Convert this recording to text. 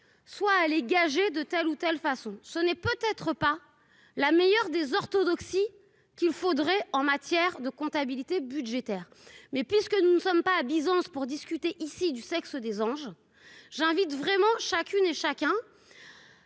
soit allez gager de telle ou telle façon, ce n'est peut-être pas la meilleure des orthodoxies qu'il faudrait en matière de comptabilité budgétaire mais puisque nous ne sommes pas à Byzance pour discuter ici du sexe des anges, j'invite vraiment chacune et chacun